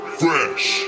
fresh